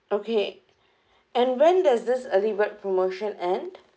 okay and when does this early bird promotion end